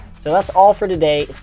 so that's all for today.